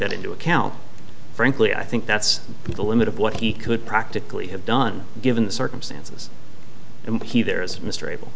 that into account frankly i think that's the limit of what he could practically have done given the circumstances